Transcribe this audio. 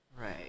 right